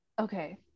Okay